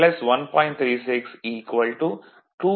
051 kilowatt அவர் ஆகும்